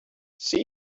see